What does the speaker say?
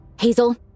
Hazel